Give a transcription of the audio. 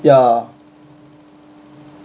ya